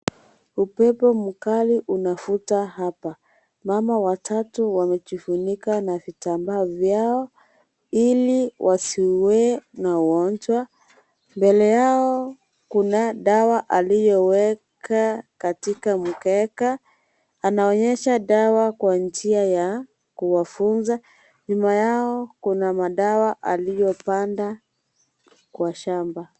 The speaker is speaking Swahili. Upepo mkali unafuta hapa. Mama watatu wamejifunika na vitambaa vyao ili wasiwe na ugonjwa. Mbele yao kuna dawa aliyoweka katika mkeka. Anaonyesha dawa kwa njia ya kuwafunza. Nyuma yao kuna madawa aliyopanda kwa shamba.